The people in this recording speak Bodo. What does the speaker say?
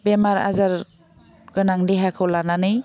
बेमार आजार गोनां देहाखौ लानानै